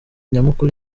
nyamukuru